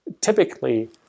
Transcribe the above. typically